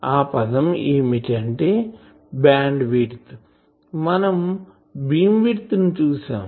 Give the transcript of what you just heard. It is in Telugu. ఆ పదం ఏమిటంటే అంటే బ్యాండ్ విడ్త్ మనం బీమ్ విడ్త్ ని చూసాము